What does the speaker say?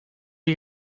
you